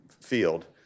field